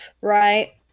right